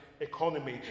economy